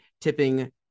tipping